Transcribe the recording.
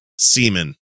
semen